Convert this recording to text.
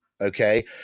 okay